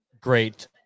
great